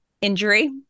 Injury